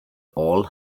all